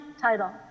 title